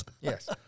Yes